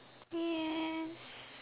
yes